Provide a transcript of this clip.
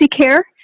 care